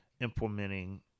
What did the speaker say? implementing